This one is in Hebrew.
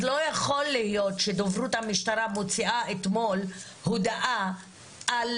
אז לא יכול להיות שדוברות המשטרה מוציאה אתמול הודעה על